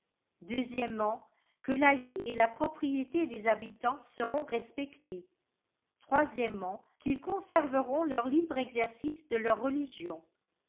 que la vie et la propriété des habitants seront respectées qu'ils conserveront le libre exercice de leur religion